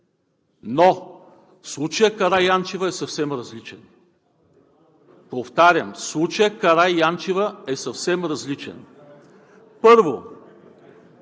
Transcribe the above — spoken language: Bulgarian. но случаят Караянчева е съвсем различен. Повтарям, случаят Караянчева е съвсем различен. Първо,